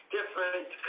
different